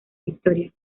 victoria